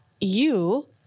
you-